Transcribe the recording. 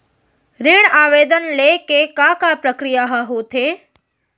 ऋण आवेदन ले के का का प्रक्रिया ह होथे?